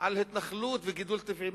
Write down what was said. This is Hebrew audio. התנחלות וגידול טבעי.